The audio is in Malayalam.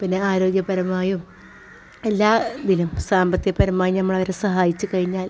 പിന്നെ ആരോഗ്യപരമായും എല്ലാ ഇതിലും സാമ്പത്തിക പരമായി നമ്മൾ അവരെ സഹായിച്ച് കഴിഞ്ഞാൽ